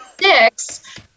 Six